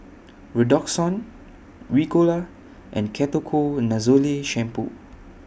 Redoxon Ricola and Ketoconazole Shampoo